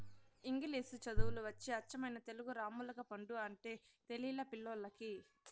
ఇంగిలీసు చదువులు వచ్చి అచ్చమైన తెలుగు రామ్ములగపండు అంటే తెలిలా పిల్లోల్లకి